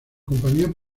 compañía